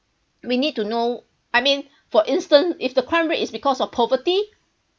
we need to know I mean for instance if the crime rate is because of poverty